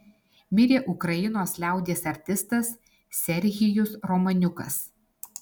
mirė ukrainos liaudies artistas serhijus romaniukas